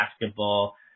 basketball